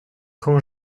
quand